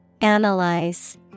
Analyze